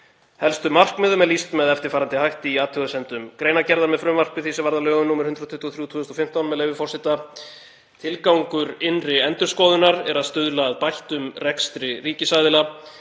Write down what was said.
Helstu markmiðum er lýst með eftirfarandi hætti í athugasemdum greinargerðar með frumvarpi því sem varð að lögum nr. 123/2015: „Tilgangur innri endurskoðunar er að stuðla að bættum rekstri ríkisaðila